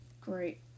great